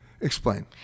Explain